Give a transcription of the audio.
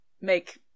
make